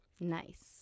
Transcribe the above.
Nice